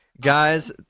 Guys